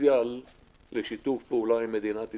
הפוטנציאל לשיתוף פעולה עם מדינת ישראל.